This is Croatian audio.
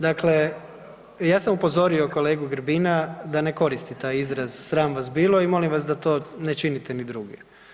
Dakle, ja sam upozorio kolegu Grbina da ne koristi taj izraz, sram vas bilo i molim vas da to ne činite ni drugi.